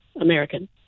american